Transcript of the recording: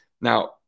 now